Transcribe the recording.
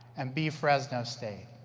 and be fresno state!